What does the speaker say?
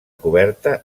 coberta